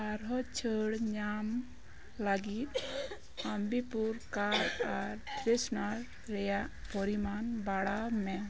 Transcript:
ᱟᱨᱦᱚᱸ ᱪᱷᱟ ᱲ ᱧᱟᱢ ᱞᱟᱹᱜᱤᱫ ᱟᱢᱵᱤᱯᱩᱨ ᱠᱟᱨᱰ ᱟᱨ ᱯᱷᱨᱮᱥᱱᱟᱨ ᱨᱮᱭᱟᱜ ᱯᱚᱨᱤᱢᱟᱱ ᱵᱟᱲᱦᱟᱣ ᱢᱮ